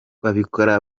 babikora